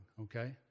okay